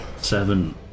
Seven